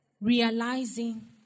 realizing